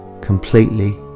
completely